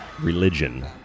religion